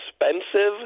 expensive